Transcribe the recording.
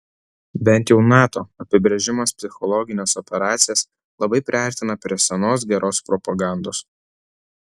bent jau nato apibrėžimas psichologines operacijas labai priartina prie senos geros propagandos